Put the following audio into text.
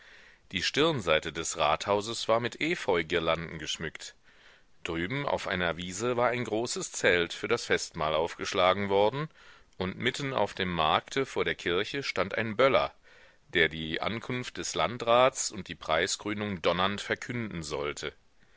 die stirnseite des rathauses war mit efeugirlanden geschmückt drüben auf einer wiese war ein großes zelt für das festmahl aufgeschlagen worden und mitten auf dem markte vor der kirche stand ein böller der die ankunft des landrats und die preiskrönung donnernd verkünden sollte